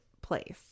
place